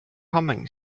humming